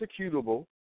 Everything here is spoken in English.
executable